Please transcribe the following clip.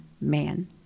man